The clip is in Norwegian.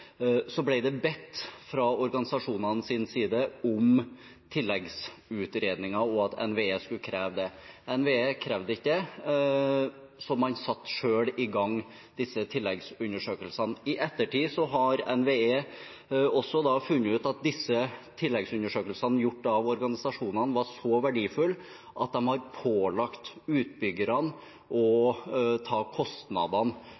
at NVE skulle kreve det. NVE krevde ikke det, så man satte selv i gang disse tilleggsundersøkelsene. I ettertid har NVE funnet ut at disse tilleggsundersøkelsene gjort av organisasjonene var så verdifulle at de har pålagt utbyggerne